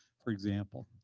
for example.